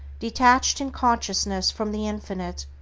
detached in consciousness from the infinite,